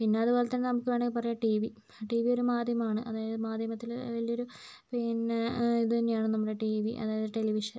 പിന്നത് പോലെ തന്നെ നമുക്ക് വേണമെങ്കിൽ പറയാം ടീ വി ടീ വി ഒരു മാധ്യമാണ് അതായത് മാധ്യമത്തില് വലിയൊരു പിന്നെ അത് തന്നെയാണ് നമ്മുടെ ടീ വി അതായത് ടെലിവിഷൻ